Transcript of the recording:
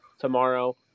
tomorrow